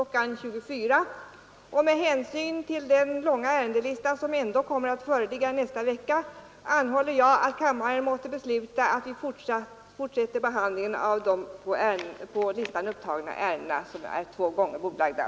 24.00, och med hänsyn till den långa ärendelista som ändå kommer att föreligga nästa vecka, anhåller jag att kammaren måtte besluta att fortsätta med behandlingen av de på listan upptagna ärenden som är två gånger bordlagda.